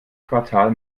quartal